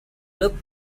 look